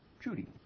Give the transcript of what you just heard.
Judy